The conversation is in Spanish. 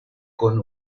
con